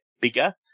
bigger